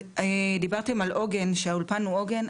דיברתם על עוגן, שהאולפן הוא עוגן.